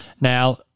Now